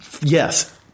Yes